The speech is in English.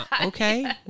Okay